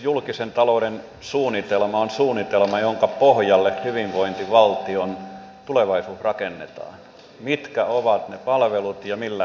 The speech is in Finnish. julkisen talouden suunnitelma on suunnitelma jonka pohjalle hyvinvointivaltion tulevaisuus rakennetaan mitkä ovat ne palvellut ja millä ne rahoitetaan